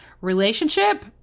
relationship